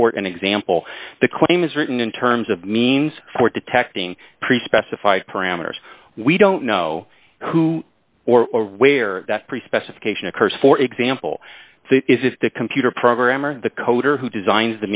the court an example the claim is written in terms of means for detecting pre specified parameters we don't know who or where that pre specification occurs for example is if the computer program or the coder who designed